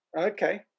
Okay